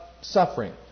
suffering